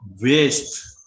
waste